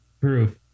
proof